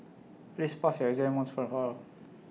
please pass your exam once and for all